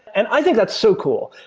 and i think that's so cool.